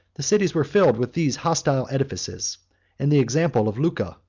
the cities were filled with these hostile edifices and the example of lucca,